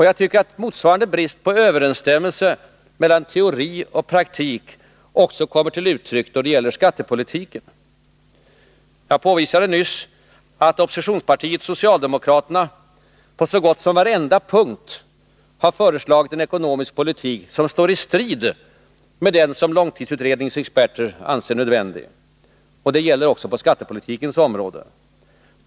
Jag tycker att motsvarande brist på överensstämmelse mellan teori och praktik också kommer till uttryck då det gäller skattepolitiken. Jag påvisade nyss att oppositionspartiet socialdemokraterna på så gott som varenda punkt har föreslagit en ekonomisk politik som står i strid med den som Nr 92 långtidsutredningens experter anser nödvändig. Detta gäller också på skattepolitikens område.